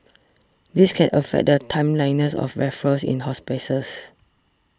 this can affect the timeliness of referrals in hospices